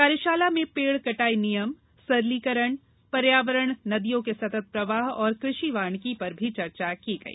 कार्यशाला में पेड़ कटाई नियम सरलीकरण पर्यावरण नदियों के सतत प्रवाह और कृषि वानिकी पर भी चर्चा की गई